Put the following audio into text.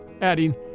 adding